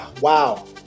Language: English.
wow